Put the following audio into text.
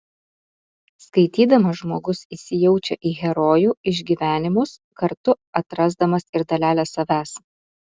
skaitydamas žmogus įsijaučia į herojų išgyvenimus kartu atrasdamas ir dalelę savęs